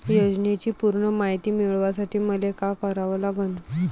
योजनेची पूर्ण मायती मिळवासाठी मले का करावं लागन?